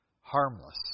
harmless